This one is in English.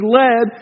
led